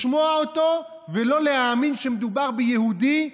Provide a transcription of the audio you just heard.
לשמוע אותו ולא להאמין שמדובר ביהודי,